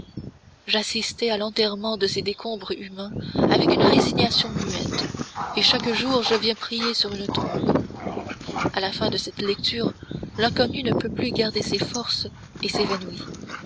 j'assistai à l'enterrement de ces décombres humains avec une résignation muette et chaque jour je viens prier sur une tombe a la fin de cette lecture l'inconnu ne peut plus garder ses forces et s'évanouit